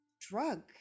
drug